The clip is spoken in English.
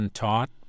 taught